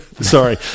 Sorry